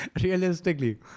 Realistically